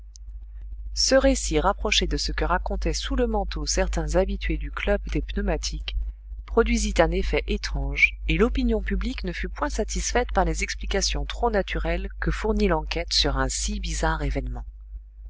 ce récit rapproché de ce que racontaient sous le manteau certains habitués du club des pneumatiques produisit un effet étrange et l'opinion publique ne fut point satisfaite par les explications trop naturelles que fournit l'enquête sur un si bizarre événement